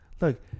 Look